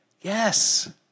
yes